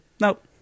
Nope